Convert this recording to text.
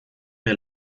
mir